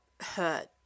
hurt